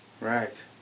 Right